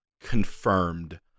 confirmed